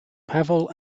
pavel